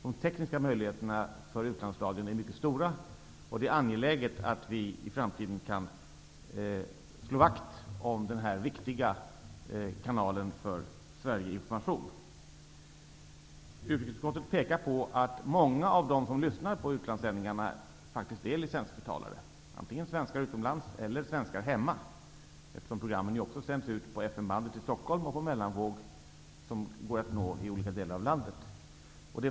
De tekniska möjligheterna för utlandsradion är mycket stora, och det är angeläget att vi i framtiden kan slå vakt om den viktiga kanalen för Utrikesutskottet pekar på att många av dem som lyssnar på utlandssändningarna faktiskt är licensbetalare, antingen svenskar utomlands eller svenskar hemma, eftersom programmen ju också sänds ut på FM-bandet i Stockholm och på mellanvåg, som går att ta in i olika delar av landet.